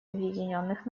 объединенных